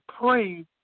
pray